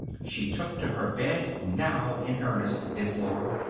she took to her bed now in earnest, did flora.